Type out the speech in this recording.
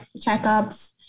checkups